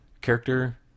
character